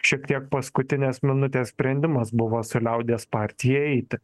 šiek tiek paskutinės minutės sprendimas buvo su liaudies partijai eiti